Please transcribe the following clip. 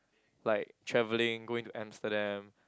like travelling going to Amsterdam